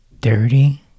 dirty